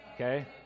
Okay